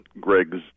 Greg's